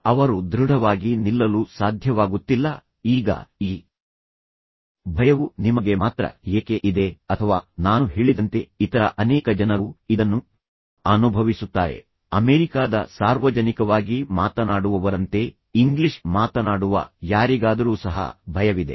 ಅವರು ದೃಢವಾಗಿ ನಿಲ್ಲಲು ಸಾಧ್ಯವಾಗುತ್ತಿಲ್ಲ ಈಗ ಈ ಭಯವು ನಿಮಗೆ ಮಾತ್ರ ಏಕೆ ಇದೆ ಅಥವಾ ನಾನು ಹೇಳಿದಂತೆ ಇತರ ಅನೇಕ ಜನರು ಇದನ್ನು ಅನುಭವಿಸುತ್ತಾರೆ ಅಮೆರಿಕಾದ ಸಾರ್ವಜನಿಕವಾಗಿ ಮಾತನಾಡುವವರಂತೆ ಇಂಗ್ಲಿಷ್ ಮಾತನಾಡುವ ಯಾರಿಗಾದರೂ ಸಹ ಭಯವಿದೆ